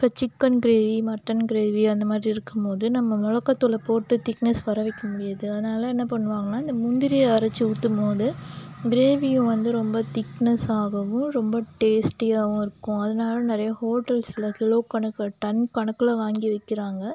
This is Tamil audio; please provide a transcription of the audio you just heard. இப்போ சிக்கன் கிரேவி மட்டன் கிரேவி அந்த மாதிரி இருக்கும்போது நம்ம மிளகாத்தூளை போட்டு திக்னஸ் வர வக்க முடியாது அதனால் என்ன பண்ணுவாங்கன்னா இந்த முந்திரி அரச்சு ஊற்றும்மோது கிரேவியும் வந்து ரொம்ப திக்னஸாகவும் ரொம்ப டேஸ்ட்டியாகவும் இருக்கும் அதனால் நிறையா ஹோட்டல்ஸில் கிலோ கணக்கில் டன் கணக்கில் வாங்கி விக்குறாங்க